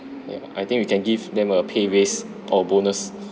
ya I think we can give them a pay raise or bonus